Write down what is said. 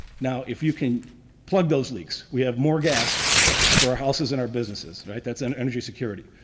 now, if you can plug those leaks, we have more gas for our houses and our businesses, right? that's and energy security.